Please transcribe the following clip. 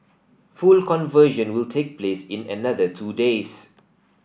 full conversion will take place in another two days